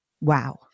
Wow